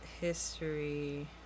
history